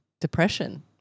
depression